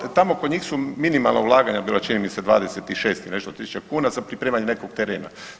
Nema .../nerazumljivo/... tamo kod njih su minimalna ulaganja bila, čini mi se 26 i nešto tisuća kuna, sa pripremanjem nekog terena.